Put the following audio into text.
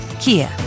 Kia